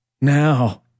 Now